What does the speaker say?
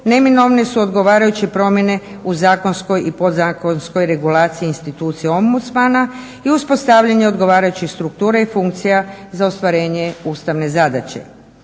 neminovne su odgovarajuće promjene u zakonskoj i podzakonskoj regulaciji institucije ombudsmana i uspostavljanja odgovarajućih struktura i funkcija za ostvarenje ustavne zadaće.